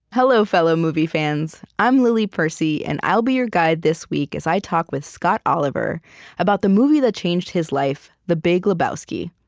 hello, fellow movie fans. i'm lily percy, and i'll be your guide this week as i talk with scott oliver about the movie that changed his life, the big lebowski.